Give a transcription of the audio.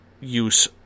use